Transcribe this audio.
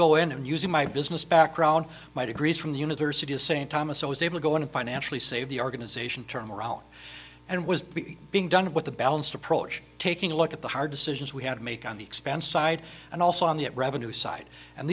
go in and using my business background my degrees from the university of st thomas i was able to go in and financially save the organization turn around and was being done with a balanced approach taking a look at the hard decisions we had to make on the expense side and also on the revenue side and